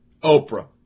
Oprah